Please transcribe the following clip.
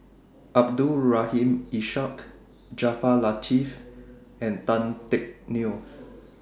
Abdul Rahim Ishak Jaafar Latiff and Tan Teck Neo